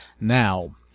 Now